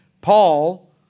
Paul